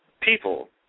people